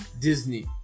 Disney